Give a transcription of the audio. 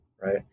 right